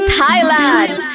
Thailand